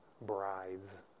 brides